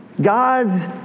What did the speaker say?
God's